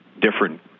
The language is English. different